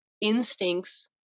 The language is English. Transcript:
instincts